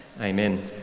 Amen